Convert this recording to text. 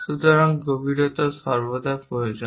সুতরাং গভীরতা সর্বদা প্রয়োজন